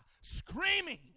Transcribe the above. screaming